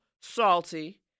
salty